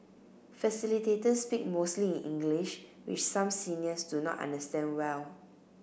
facilitators speak mostly in English which some seniors do not understand well